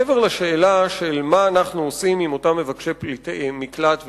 מעבר לשאלה של מה אנחנו עושים עם אותם מבקשי מקלט ופליטים,